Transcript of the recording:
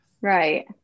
Right